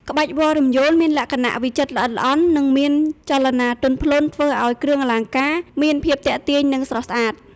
ក្បាច់វល្លិ៍រំយោលមានលក្ខណៈវិចិត្រល្អិតល្អន់ និងមានចលនាទន់ភ្លន់ ធ្វើឱ្យគ្រឿងអលង្ការមាន ភាពទាក់ទាញ និងស្រស់ស្អាត។